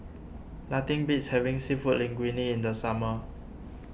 nothing beats having Seafood Linguine in the summer